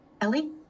Ellie